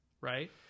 right